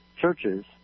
churches